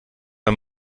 bei